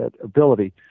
ability